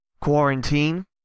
quarantine